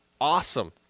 awesome